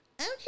okay